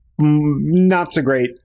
not-so-great